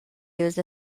used